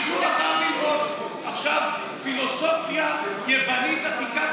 אבל אם מישהו בחר ללמוד עכשיו פילוסופיה יוונית עתיקה,